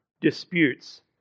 disputes